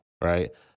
Right